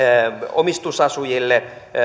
omistusasujille